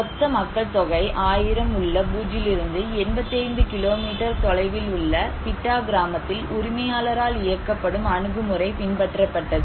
மொத்த மக்கள் தொகை 1000 உள்ள பூஜிலிருந்து 85 கிலோமீட்டர் தொலைவில் உள்ள பிட்டா கிராமத்தில் உரிமையாளரால் இயக்கப்படும் அணுகுமுறை பின்பற்றப்பட்டது